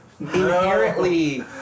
inherently